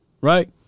right